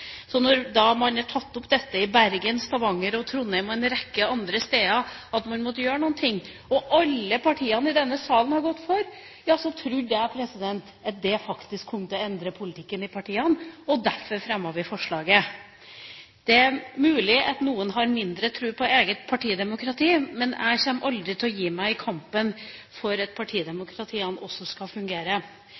Når man har tatt opp dette i Bergen, Stavanger, Trondheim og en rekke andre steder, at man må gjøre noe, og når alle partiene i denne salen har gått for, ja så trodde jeg faktisk at det kom til å endre politikken til partiene. Derfor fremmet vi forslaget. Det er mulig at noen har mindre tro på eget partidemokrati, men jeg kommer aldri til å gi meg i kampen for at partidemokratiene også skal fungere.